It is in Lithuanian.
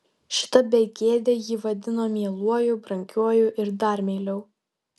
šita begėdė jį vadino mieluoju brangiuoju ir dar meiliau